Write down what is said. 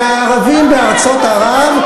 והערבים בארצות ערב,